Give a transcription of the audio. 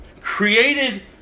created